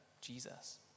Jesus